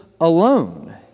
alone